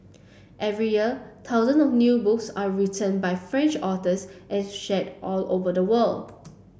every year thousands of new books are written by French authors and shared all over the world